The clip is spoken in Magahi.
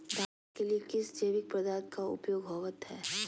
धान के लिए किस जैविक पदार्थ का उपयोग होवत है?